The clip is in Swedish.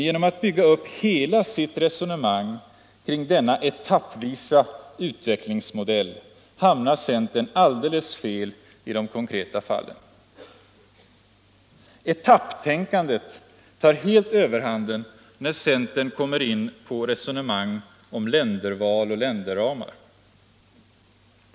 Genom att bygga upp hela sitt resonemang kring denna etappvisa utvecklingsmodell hamnar centern alldeles fel i de konkreta fallen. Etapptänkandet tar helt överhanden när centern kommer in på resonemang om länderval och länderramar.